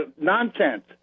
nonsense